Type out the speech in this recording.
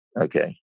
okay